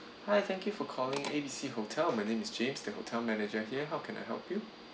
hi thank you for calling A B C hotel my name is james the hotel manager here how can I help you